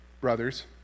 brothers